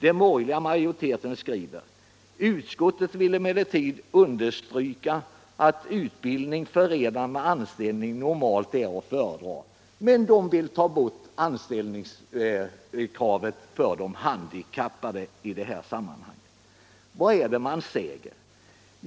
Den borgerliga majoriteten skriver: ”Utskottet vill emellertid understryka att utbildning förenad med anställning normalt är att föredra.” Men de vill ta bort anställningskravet för de handikappade i det här sammanhanget. Vad är det man säger?